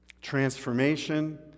transformation